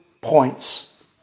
points